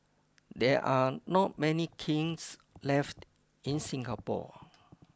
there are not many kilns left in Singapore